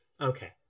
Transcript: Okay